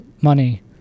money